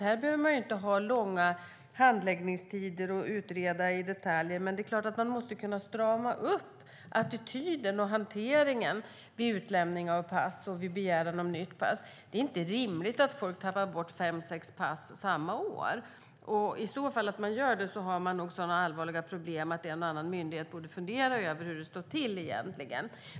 Här behövs inga långa handläggningstider och utredningar om detaljer, men man måste kunna strama upp attityden och hanteringen vid utlämning av pass och vid begäran om nytt pass. Det är inte rimligt att folk tappar bort fem sex pass under ett år. Om man gör det borde en och annan myndighet fundera över hur det står till egentligen.